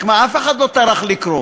רק מה, אף אחד לא טרח לקרוא